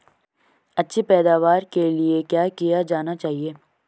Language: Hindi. अच्छी पैदावार के लिए क्या किया जाना चाहिए?